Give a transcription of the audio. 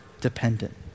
dependent